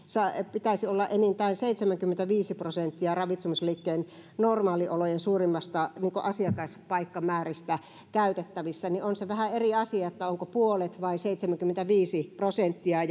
pitäisi olla enintään seitsemänkymmentäviisi prosenttia ravitsemusliikkeen normaaliolojen suurimmasta asiakaspaikkamäärästä käytettävissä niin on se vähän eri asia onko puolet vai seitsemänkymmentäviisi prosenttia